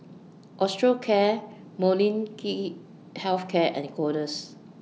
Osteocare Molnylcke Health Care and Kordel's